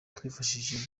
twifashishije